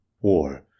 War